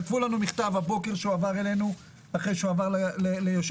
כתבו לנו הבוקר מכתב שהועבר אלינו אחרי שהועבר ליושבת